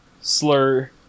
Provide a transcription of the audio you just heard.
slur